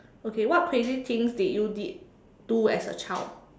okay what crazy things did you did do as a child